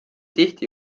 tihti